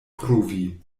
pruvi